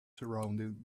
surrounding